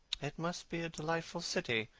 it must be a delightful city,